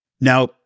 Now